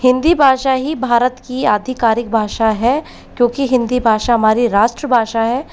हिंदी भाषा ही भारत की अधिकारिक भाषा है क्योंकि हिंदी भाषा हमारी राष्ट्र भाषा है